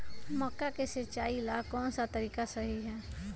मक्का के सिचाई ला कौन सा तरीका सही है?